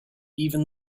even